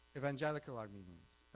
evangelical armenians,